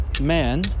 man